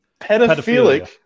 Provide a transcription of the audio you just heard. pedophilic